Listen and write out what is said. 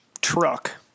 truck